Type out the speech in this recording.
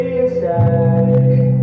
inside